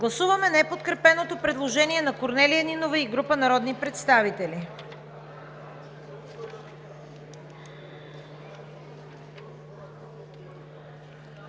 прегласуване на неподкрепеното предложение на Корнелия Нинова и група народни представители.